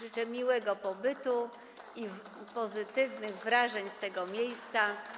Życzę miłego pobytu i pozytywnych wrażeń z tego miejsca.